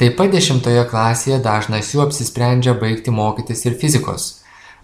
taip pat dešimtoje klasėje dažnas jų apsisprendžia baigti mokytis ir fizikos